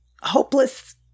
hopeless